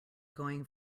going